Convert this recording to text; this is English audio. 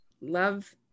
love